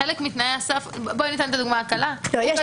חלק מתנאי הסף בואי ניתן את הדוגמה הקלה הוא קטין.